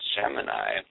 Gemini